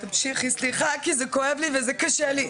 תמשיכי, סליחה, כי זה כואב לי וזה קשה לי.